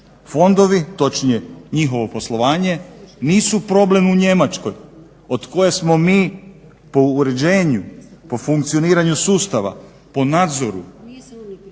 Fondovi, točnije njihovo poslovanje nisu problem u Njemačkoj od koje smo mi po uređenju, po funkcioniranju sustava, po nadzoru